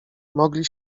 mogli